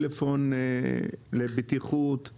רוצות עדיין שההודעה תהיה בדיעבד בחשבונית,